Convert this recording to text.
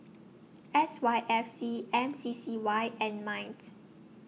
S Y F C M C C Y and Minds